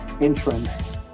entrance